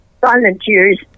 volunteers